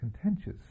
contentious